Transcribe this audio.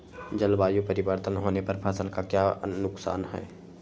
जलवायु परिवर्तन होने पर फसल का क्या नुकसान है?